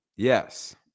Yes